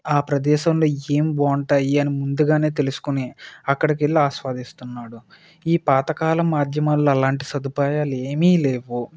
ఆ ప్రదేశంలో ఏం బాగా ఉంటాయి అని ముందుగా తెలుసుకుని అక్కడికి వెళ్ళి ఆస్వాదిస్తున్నాడు ఈ పాతకాలం మాధ్యమాలలో అలాంటి సదుపాయాలు ఏమీ లేవు